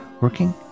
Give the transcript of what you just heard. working